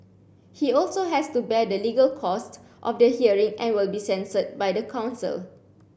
he also has to bear the legal costs of the hearing and will be censured by the council